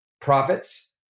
profits